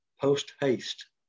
post-haste